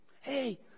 Hey